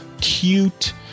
cute